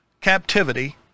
captivity